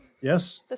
Yes